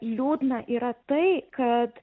liūdna yra tai kad